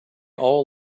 all